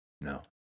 No